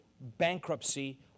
bankruptcy